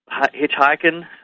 hitchhiking